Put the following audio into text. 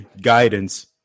guidance